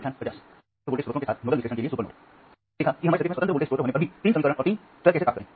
हमने देखा कि हमारे सर्किट में स्वतंत्र वोल्टेज स्रोत होने पर भी तीन समीकरण और तीन चर कैसे प्राप्त करें